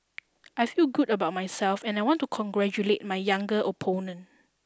I feel good about myself and I want to congratulate my younger opponent